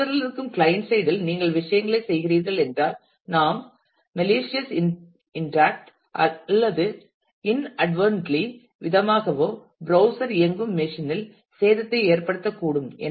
browser இல் இருக்கும் client side இல் நீங்கள் விஷயங்களைச் செய்கிறீர்கள் என்றால் நாம் மாலிசியஸ் இண்டாக்ட் அல்லது இன்அட்வெட்ரன்லி விதமாகவோ ப்ரௌஸ்சர் இயங்கும் மெஷின் இல் சேதத்தை ஏற்படுத்தக்கூடும்